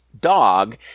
Dog